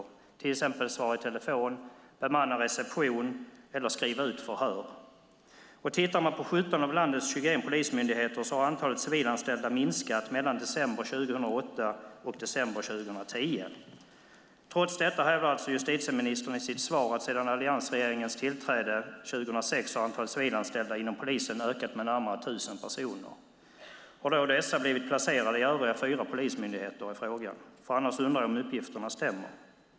De får till exempel svara i telefon, bemanna receptionen eller skriva ut förhör. Om man tittar på 17 av landets 21 polismyndigheter ser man att antalet civilanställda har minskat mellan december 2008 och december 2010. Trots detta hävdar justitieministern i sitt svar att antalet civilanställda inom polisen har ökat med närmare 1 000 personer sedan alliansregeringens tillträde 2006. Då är frågan: Har dessa har blivit placerade i övriga fyra polismyndigheter? Annars undrar jag om uppgifterna stämmer.